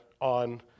on